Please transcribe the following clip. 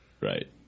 Right